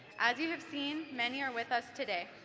as you have seen, many are with us today.